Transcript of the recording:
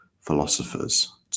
philosophers